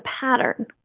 pattern